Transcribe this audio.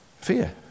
fear